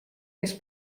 kes